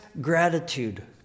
gratitude